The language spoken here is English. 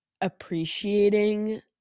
appreciating